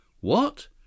What